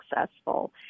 successful